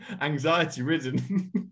anxiety-ridden